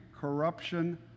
corruption